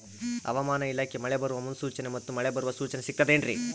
ಹವಮಾನ ಇಲಾಖೆ ಮಳೆ ಬರುವ ಮುನ್ಸೂಚನೆ ಮತ್ತು ಮಳೆ ಬರುವ ಸೂಚನೆ ಸಿಗುತ್ತದೆ ಏನ್ರಿ?